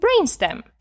brainstem